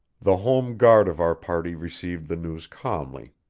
the home guard of our party received the news calmly.